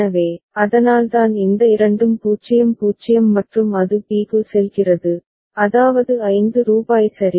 எனவே அதனால்தான் இந்த இரண்டும் 0 0 மற்றும் அது b க்கு செல்கிறது அதாவது 5 ரூபாய் சரி